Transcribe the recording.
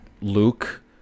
Luke